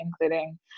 including